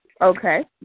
Okay